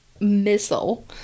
missile